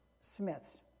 smiths